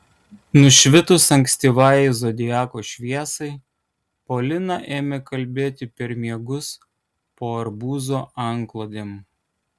nušvitus ankstyvajai zodiako šviesai polina ėmė kalbėti per miegus po arbūzo antklodėm